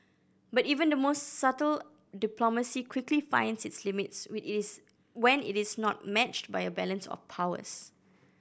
but even the most subtle diplomacy quickly finds its limits it is when it is not matched by a balance of powers